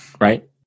Right